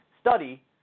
study